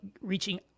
reaching